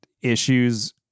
issues